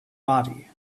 body